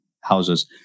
houses